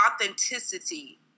authenticity